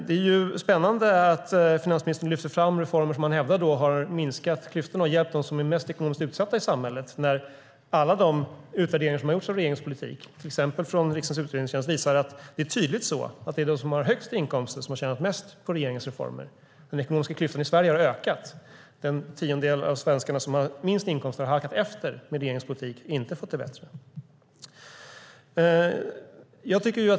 Det är spännande att finansministern lyfter fram reformer som han hävdar har minskat klyftorna och hjälpt dem som är mest ekonomiskt utsatta i samhället, när alla utvärderingar som har gjorts av regeringens politik, till exempel från riksdagens utredningstjänst, visar att det tydligt är så att det är de som har högst inkomster som har tjänat mest på regeringens reformer. De ekonomiska klyftorna i Sverige har ökat. Den tiondel av svenskarna som har lägst inkomster har halkat efter med regeringens politik och har inte fått det bättre.